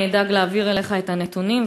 אדאג להעביר אליך את הנתונים,